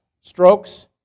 strokes